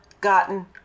gotten